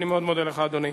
אני מאוד מודה לך, אדוני.